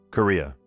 Korea